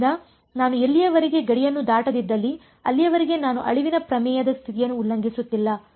ಆದ್ದರಿಂದ ನಾನು ಎಲ್ಲಿಯವರೆಗೆ ಗಡಿಯನ್ನು ದಾಟದಿದ್ದಲ್ಲಿ ಅಲ್ಲಿಯವರೆಗೆ ನಾನು ಅಳಿವಿನ ಪ್ರಮೇಯದ ಸ್ಥಿತಿಯನ್ನು ಉಲ್ಲಂಘಿಸುತ್ತಿಲ್ಲ